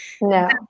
No